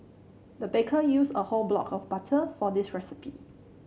the baker used a whole block of butter for this recipe